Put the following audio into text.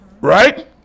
right